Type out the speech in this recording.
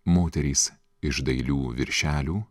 moterys iš dailių viršelių